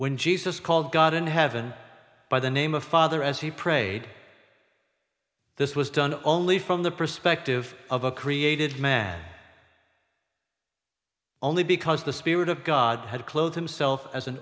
when jesus called god in heaven by the name of father as he prayed this was done only from the perspective of a created man only because the spirit of god had clothes himself as an